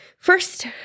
First